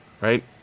right